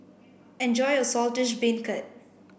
enjoy your Saltish Beancurd